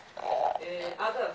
אגב,